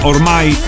Ormai